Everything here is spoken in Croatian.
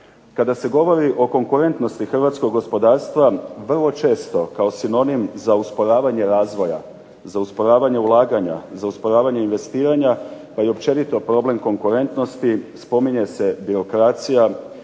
Kada se govori o konkurentnosti hrvatskog gospodarstva vrlo često kao sinonim za usporavanje razvoja, za usporavanje ulaganja, za usporavanje investiranja kad je općenito problem konkurentnosti spominje se birokracija,